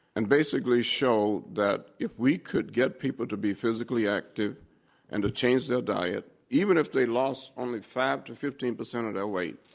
and basically showed that if we could get people to be physically active and to change their diet, even if they lost only five to fifteen percent of their weight,